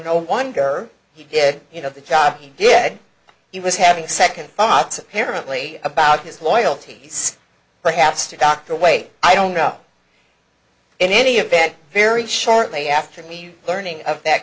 no wonder he did you know the job he did he was having second thoughts apparently about his loyalties perhaps to dr way i don't know in any event very shortly after me learning of that